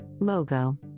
logo